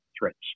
threats